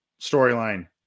storyline